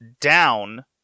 Down